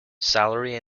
salary